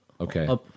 Okay